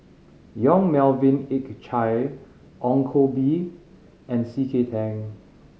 Yong Melvin Yik Chye Ong Koh Bee and C K Tang